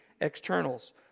externals